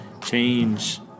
Change